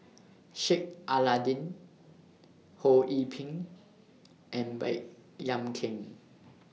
Sheik Alau'ddin Ho Yee Ping and Baey Yam Keng